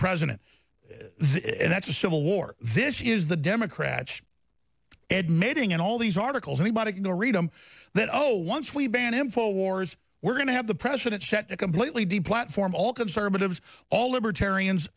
president and that's a civil war this is the democrats admitting in all these articles anybody can read them that oh once we ban him for wars we're going to have the president set a completely deep platform all conservatives all libertarians